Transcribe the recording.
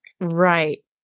Right